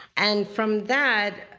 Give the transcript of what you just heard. and from that,